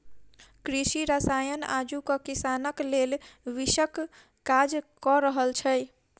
कृषि रसायन आजुक किसानक लेल विषक काज क रहल छै